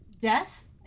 Death